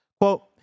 Quote